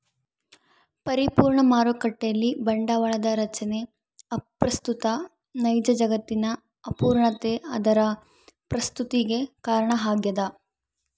ಪರಿಪೂರ್ಣ ಮಾರುಕಟ್ಟೆಯಲ್ಲಿ ಬಂಡವಾಳದ ರಚನೆ ಅಪ್ರಸ್ತುತ ನೈಜ ಜಗತ್ತಿನ ಅಪೂರ್ಣತೆ ಅದರ ಪ್ರಸ್ತುತತಿಗೆ ಕಾರಣ ಆಗ್ಯದ